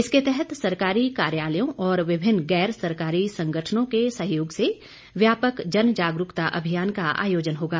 इसके तहत सरकारी कार्यालयों और विभिन्न गैर सरकारी संगठनों के सहयोग से व्यापक जन जागरूकता अभियान का आयोजन होगा